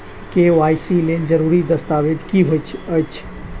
KYC लेल जरूरी दस्तावेज की होइत अछि?